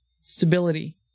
stability